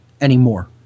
anymore